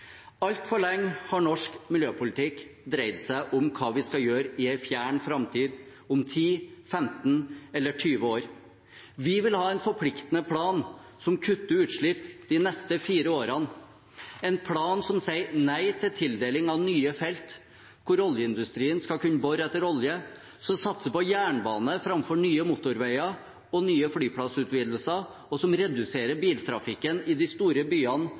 Altfor lenge har norsk miljøpolitikk dreid seg om hva vi skal gjøre i en fjern framtid, om 10, 15 eller 20 år. Vi vil ha en forpliktende plan som kutter utslipp de neste fire årene, en plan som sier nei til tildeling av nye felt hvor oljeindustrien skal kunne bore etter olje, som satser på jernbane framfor nye motorveier og nye flyplassutvidelser, som reduserer biltrafikken i de store byene